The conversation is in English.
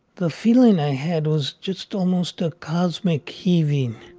the feeling i had was just almost a cosmic heaving,